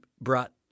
brought